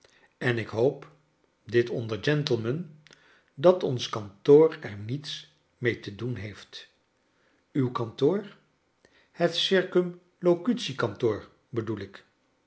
en ik hoop dit onder gentlemen dat ons kantoor er niets mee te doen heeft uw kantoor het circumlocutiekant oor bedoel ik